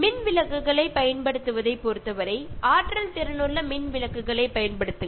ബൾബുകളുടെ കാര്യം നോക്കിയാൽ എപ്പോഴും ഊർജം ലാഭിക്കുന്ന തരത്തിലുള്ള ബൾബുകൾ ഉപയോഗിക്കുക